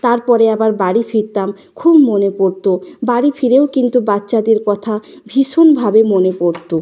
তার পরে আবার বাড়ি ফিরতাম খুব মনে পড়ত বাড়ি ফিরেও কিন্তু বাচ্চাদের কথা ভীষণভাবে মনে পড়ত